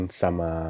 sama